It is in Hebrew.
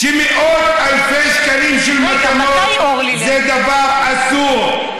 אתם יודעים שמאות אלפי שקלים של מתנות זה דבר אסור.